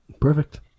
Perfect